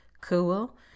Cool